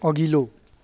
अघिल्लो